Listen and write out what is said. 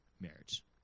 marriage